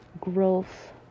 growth